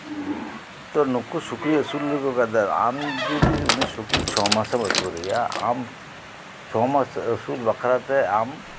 ᱛᱳ ᱱᱩᱠᱩ ᱥᱩᱠᱨᱤ ᱟᱹᱥᱩᱞ ᱞᱮᱠᱚ ᱠᱷᱟᱱ ᱫᱚ ᱟᱢ ᱡᱩᱫᱤ ᱥᱩᱠᱨᱤ ᱪᱷᱚ ᱢᱟᱥᱮᱢ ᱟᱹᱥᱩᱞᱮᱭᱟ ᱟᱢ ᱩᱱᱤ ᱪᱷᱚ ᱢᱟᱥ ᱟᱹᱥᱩᱞ ᱵᱟᱠᱷᱟᱨᱟ ᱛᱮ ᱟᱢ